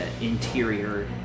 interior